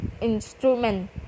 instrument